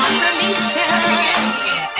confirmation